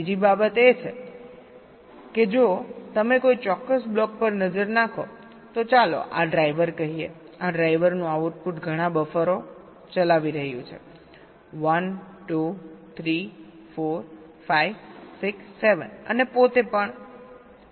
અને બીજી બાબત એ છે કે જો તમે કોઈ ચોક્કસ બ્લોક પર નજર નાખો તો ચાલો આ ડ્રાઈવર કહીએ આ ડ્રાઈવરનું આઉટપુટ ઘણા બફરો ચલાવી રહ્યું છે 1 2 3 4 5 6 7 અને પોતે પણ 8